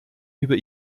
über